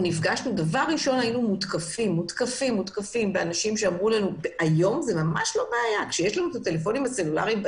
דבר ראשון אנחנו הותקפנו על ידי אנשים שאמרו "יש לנו טלפונים סלולריים,